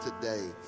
today